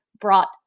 brought